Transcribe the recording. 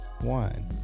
one